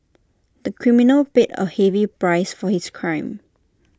the criminal paid A heavy price for his crime